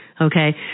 Okay